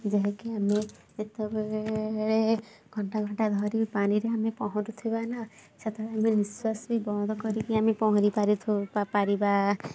ଯାହାକି ଆମେ ଯେତେବେଳେ ଘଣ୍ଟା ଘଣ୍ଟା ଧରି ପାଣିରେ ଆମେ ପହଁରୁଥିବା ନା ସେଥିରେ ନିଶ୍ଵାସ ବି ବନ୍ଦ କରିକି ଆମେ ପହଁରିପାରିଥୁ ବା ପାରିବା